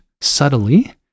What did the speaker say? subtly